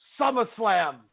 SummerSlam